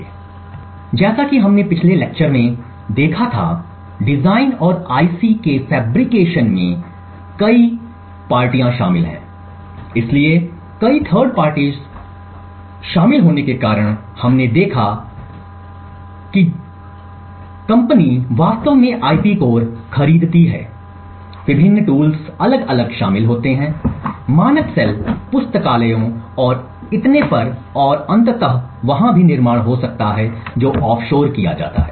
इसलिए जैसा कि हमने पिछले लेक्चर्स में देखा था डिज़ाइन और IC के फैब्रिकेशन में कई पार्टियाँ शामिल हैं इसलिए कई थर्ड पार्टीज़ शामिल हैं जैसे कि हमने जो देखा है वह यह है कि अलग अलग थर्ड पार्टीज़ हो सकती हैं जहाँ से कंपनी वास्तव में IP कोर खरीदती है विभिन्न टूल्स अलग अलग शामिल होते हैं मानक सेल पुस्तकालयों और इतने पर और अंततः वहाँ भी निर्माण हो सकता है जो ऑफ शोर किया जाता है